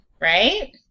Right